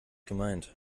gemeint